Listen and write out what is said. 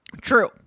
True